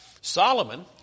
Solomon